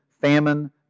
famine